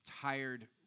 tired